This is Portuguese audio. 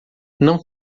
não